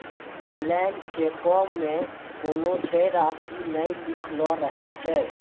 blank चेको मे कोनो देय राशि नै लिखलो रहै छै